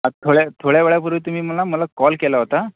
आ थोड्या थोड्या वेळापूर्वी तुम्ही मला मला कॉल केला होता